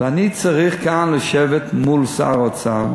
ואני צריך כאן לשבת מול שר האוצר